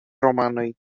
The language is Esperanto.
romanoj